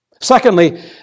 Secondly